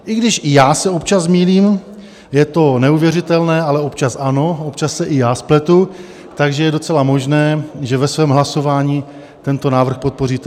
I když i já se občas zmýlím je to neuvěřitelné, ale občas ano, občas se i já spletu takže je docela možné, že ve svém hlasování tento návrh podpoříte.